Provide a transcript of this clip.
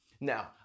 Now